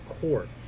court